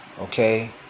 Okay